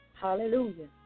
Hallelujah